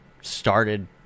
started